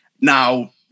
now